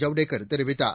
ஜவ்டேகர் தெரிவித்தார்